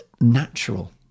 natural